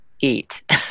eat